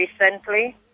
recently